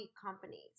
companies